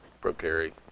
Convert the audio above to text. pro-carry